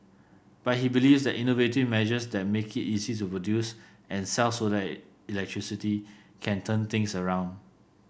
but he believes that innovative measures that make it easy to produce and sell solar electricity can turn things around